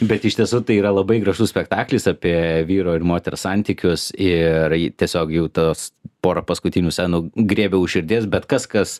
bet iš tiesų tai yra labai gražus spektaklis apie vyro ir moters santykius ir tiesiog jau tas porą paskutinių scenų griebia už širdies bet kas kas